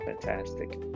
fantastic